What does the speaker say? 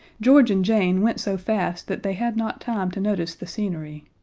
george and jane went so fast that they had not time to notice the scenery.